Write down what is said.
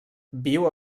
viu